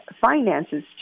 finances